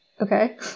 Okay